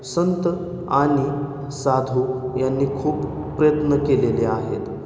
संत आणि साधू यांनी खूप प्रयत्न केलेले आहेत